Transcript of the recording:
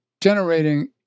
generating